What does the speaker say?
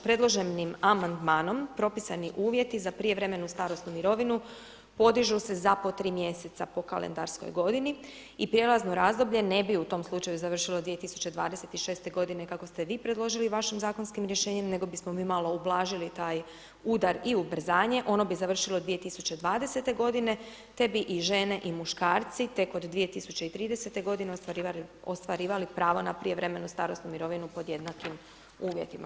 Predloženim amandmanom propisani uvjeti za prijevremenu starosnu mirovinu podižu se za po 3 mjeseca po kalendarskoj godini i prijelazno razdoblje ne bi u tom slučaju završilo 2026. godine kako ste vi predložili vašim zakonskim rješenjem nego bismo mi malo ublažili taj udar i ubrzanje, ono bi završilo 2020. godine te bi i žene i muškarci tek od 2030. godine ostvarivali pravo na prijevremenu starosnu mirovinu pod jednakim uvjetima.